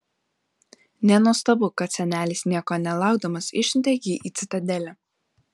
nenuostabu kad senelis nieko nelaukdamas išsiuntė jį į citadelę